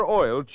oil